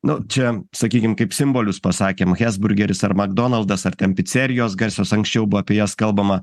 nu čia sakykim kaip simbolius pasakėm hesburgeris ar makdonaldas ar ten picerijos garsios anksčiau bu apie jas kalbama